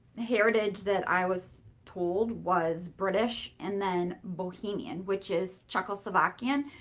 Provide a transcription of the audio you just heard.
heritage that i was told was british and then bohemian, which is czechoslovakian,